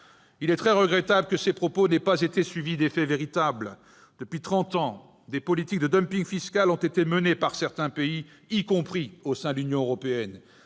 Il est très regrettable que ces propos n'aient pas été suivis d'effets véritables. Depuis trente ans, des politiques de fiscal ont été menées par certains pays, y compris au sein de l'Union européenne.